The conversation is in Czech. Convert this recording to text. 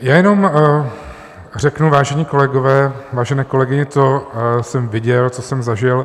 Já jenom řeknu, vážené kolegyně, vážení kolegové, co jsem viděl, co jsem zažil.